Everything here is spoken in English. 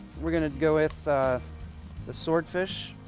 we're going to go with the swordfish.